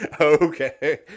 okay